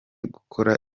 gukora